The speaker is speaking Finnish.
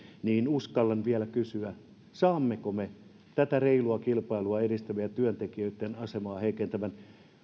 niin uskallan vielä kysyä hallitukselta saammeko me tätä reilua kilpailua estävän ja työntekijöitten asemaa heikentävän